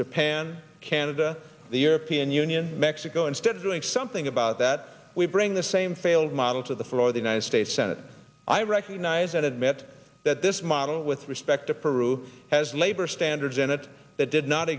japan canada the european union mexico instead of doing something about that we bring the same failed model to the floor of the united states senate i recognize and admit that this model with respect to peru has labor standards in it that did not